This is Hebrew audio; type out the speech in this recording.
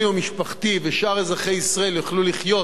ומשפחתי ושאר אזרחי ישראל נוכל לחיות